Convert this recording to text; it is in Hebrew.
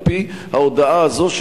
על-פי ההודעה הזו,